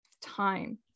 time